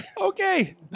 Okay